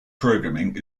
programming